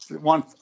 one